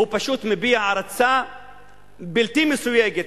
הוא פשוט מביע הערצה בלתי מסויגת,